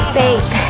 faith